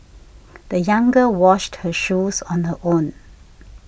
the young girl washed her shoes on her own